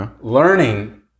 learning